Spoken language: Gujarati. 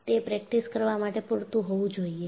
તે પ્રેક્ટિસ કરવા માટે પૂરતું હોવું જોઈએ